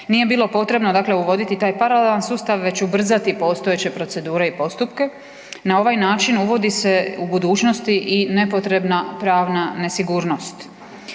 nije bilo potrebno dakle uvoditi taj paralelan sustav već ubrzati postojeće procedure i postupke. Na ovaj način uvodi se u budućnosti i nepotrebna pravna nesigurnost.